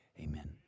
amen